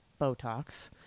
Botox